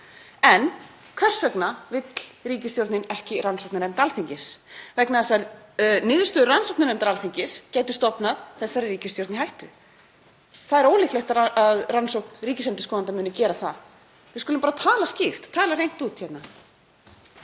En hvers vegna vill ríkisstjórnin ekki rannsóknarnefnd Alþingis? Vegna þess að niðurstöður rannsóknarnefndar Alþingis gætu stofnað þessari ríkisstjórn í hættu. Það er ólíklegt að rannsókn ríkisendurskoðanda muni gera það. Við skulum bara tala skýrt, tala hreint út hérna.